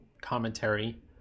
commentary